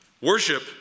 Worship